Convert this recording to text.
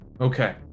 Okay